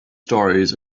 stories